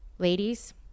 Ladies